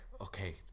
okay